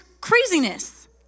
craziness